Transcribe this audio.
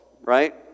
right